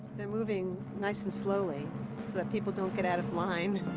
they're moving nice and slowly so that people don't get out of line.